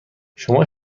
شما